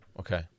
Okay